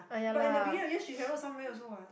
but in the middle just she travel somewhere also what